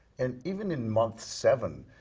and even in month seven,